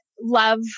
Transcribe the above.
love